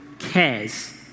Cares